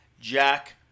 Jack